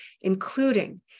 including